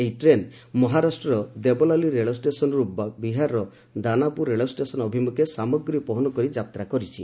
ଏହି ଟ୍ରେନ୍ ମହାରାଷ୍ଟ୍ରର ଦେବଲାଲି ରେଳ ଷ୍ଟେସନ୍ରୁ ବିହାରର ଦାନାପୁର ରେଳଷ୍ଟେଳନ୍ ଅଭିମୁଖେ ସାମଗ୍ରୀ ବହନ କରି ଯାତ୍ରା କରିଛି